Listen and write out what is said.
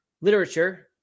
literature